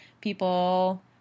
people